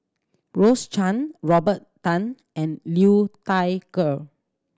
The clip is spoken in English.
Rose Chan Robert Tan and Liu Thai Ker